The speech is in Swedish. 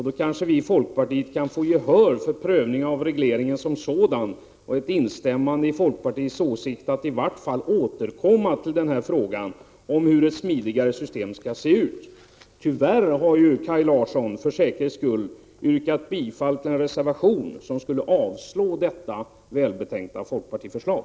Då kanske vi i folkpartiet kan få gehör för en prövning av regleringen som sådan och ett instämmande i folkpartiets åsikt att man i varje fall skall återkomma till denna fråga om hur ett smidigare system skall se ut. Tyvärr har Kaj Larsson för säkerhets skull yrkat bifall till en reservation, som skulle avslå detta välbetänkta folkpartiförslag.